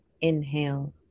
Inhale